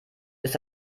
ist